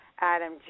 Adam